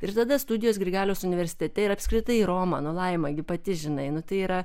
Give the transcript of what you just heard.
ir tada studijos grigaliaus universitete ir apskritai roma nu laima gi pati žinai nu tai yra